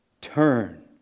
turn